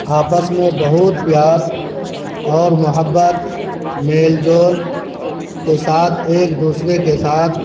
آپس میں بہت پیار اور محبت میل جول کے سات ایک دوسرے کے سات